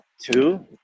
two